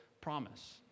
promise